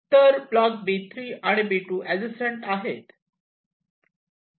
तर block B3 आणि B2 adjacent आहेत